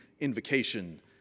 invocation